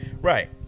right